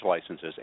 licenses